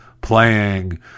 playing